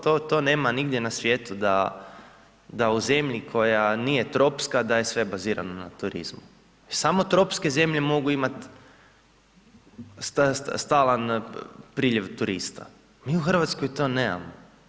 To nema nigdje na svijetu da u zemlji koja nije tropska da je sve bazirano na turizmu jer samo tropske zemlje mogu imati stalan priljev turista, mi u Hrvatskoj to nemamo.